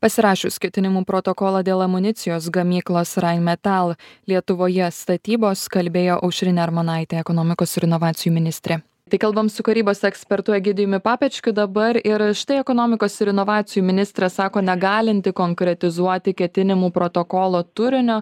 pasirašius ketinimų protokolą dėl amunicijos gamyklos rain metal lietuvoje statybos kalbėjo aušrinė armonaitė ekonomikos ir inovacijų ministrė tai kalbam su karybos ekspertu egidijumi papečkiu dabar ir štai ekonomikos ir inovacijų ministras sako negalinti konkretizuoti ketinimų protokolo turinio